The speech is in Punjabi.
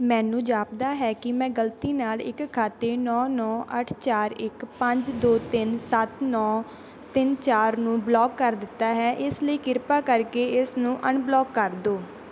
ਮੈਨੂੰ ਜਾਪਦਾ ਹੈ ਕਿ ਮੈਂ ਗਲਤੀ ਨਾਲ ਇੱਕ ਖਾਤੇ ਨੌ ਨੌ ਅੱਠ ਚਾਰ ਇੱਕ ਪੰਜ ਦੋ ਤਿੰਨ ਸੱਤ ਨੌ ਤਿੰਨ ਚਾਰ ਨੂੰ ਬਲੌਕ ਕਰ ਦਿੱਤਾ ਹੈ ਇਸ ਲਈ ਕਿਰਪਾ ਕਰਕੇ ਇਸਨੂੰ ਅਨਬਲੌਕ ਕਰ ਦਿਓ